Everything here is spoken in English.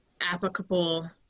applicable